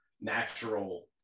natural